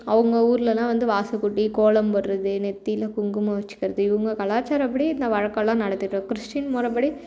அவங்க ஊர்லயெலாம் வந்து வாசல் கூட்டி கோலம் போடுறது நெத்தியில குங்குமம் வச்சிக்கிறது இவங்க கலாச்சாரப்படி இந்த வழக்கமெல்லாம் நடத்திருக்குது கிறிஸ்டியன் மொறைப்படி